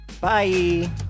Bye